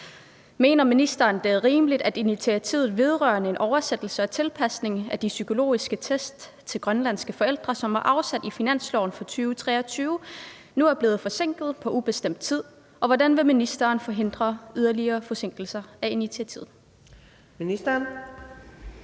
Mener ministeren, at det er rimeligt, at initiativet vedrørende en oversættelse og tilpasning af psykologiske tests til grønlandske forældre, som var fastsat i finansloven 2023, nu er blevet forsinket på ubestemt tid, og hvordan vil ministeren forhindre yderligere forsinkelser af initiativet? Fjerde